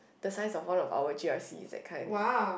the size of one of our G_R_C that kind